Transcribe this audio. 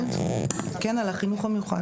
כן, על החינוך המיוחד.